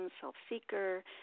self-seeker